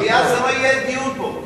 מליאה, זה לא יהיה דיון פה.